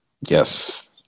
Yes